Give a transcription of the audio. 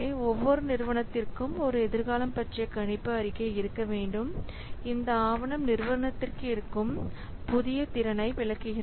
ஒவ்வொரு நிறுவனத்திற்கும் ஒரு எதிர்காலம் பற்றிய கணிப்பு அறிக்கை இருக்க வேண்டும் இந்த ஆவணம் நிறுவனத்திற்கு இருக்கும் புதிய திறனை விளக்குகிறது